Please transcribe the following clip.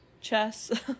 Chess